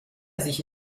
sich